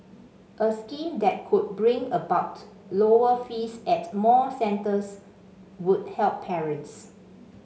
a scheme that could bring about lower fees at more centres would help parents